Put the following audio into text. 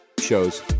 shows